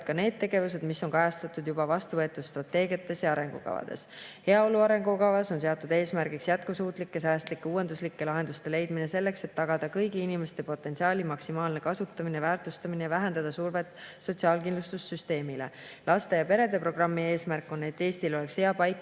ka need tegevused, mis on kajastatud juba vastuvõetud strateegiates ja arengukavades. Heaolu arengukavas on seatud eesmärk leida jätkusuutlikke, säästlikke, uuenduslikke lahendusi selleks, et tagada kõigi inimeste potentsiaali maksimaalne kasutamine ja väärtustamine ning vähendada survet sotsiaalkindlustussüsteemile. Laste ja perede programmi eesmärk on, et Eesti oleks hea paik